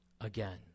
again